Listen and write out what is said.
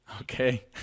Okay